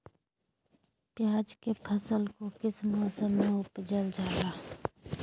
प्याज के फसल को किस मौसम में उपजल जाला?